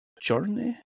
journey